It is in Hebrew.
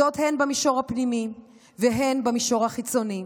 הן במישור הפנימי והן בהיבט החיצוני.